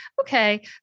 okay